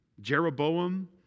Jeroboam